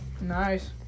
Nice